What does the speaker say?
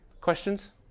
Questions